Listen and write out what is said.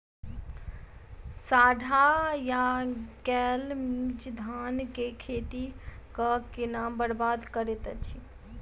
साढ़ा या गौल मीज धान केँ खेती कऽ केना बरबाद करैत अछि?